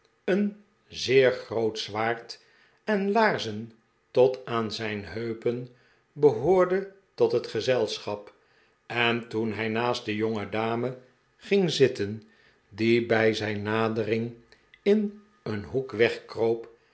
een zeer groot zwaard en laarzen tot aan zijn heupen behoorde tot het gezelschap en toen hij naast de jongedame ging zitten die bij zijn nadering in een de pickwick club hoek